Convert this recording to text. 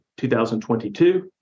2022